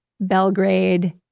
Belgrade